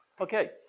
Okay